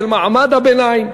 של מעמד הביניים.